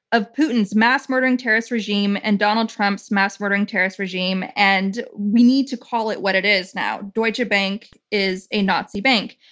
of putin's mass murdering terrorist regime and donald trump's mass murdering terrorist regime, and we need to call it what it is now. deutsche bank is a nazi bank.